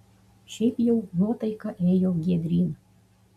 šiaip jau nuotaika ėjo giedryn